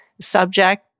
subject